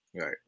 right